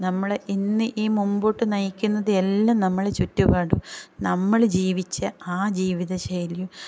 നമ്മളെ ഇന്ന് ഈ മുമ്പോട്ട് നയിക്കുന്നത് എല്ലാം നമ്മൾ ചുറ്റുപാടും നമ്മൾ ജീവിച്ച ആ ജീവിത ശൈലിയും